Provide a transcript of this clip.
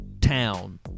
town